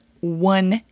one